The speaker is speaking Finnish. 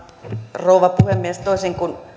rouva puhemies toisin kuin